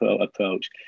approach